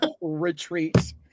retreat